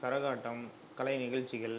கரகாட்டம் கலை நிகழ்ச்சிகள்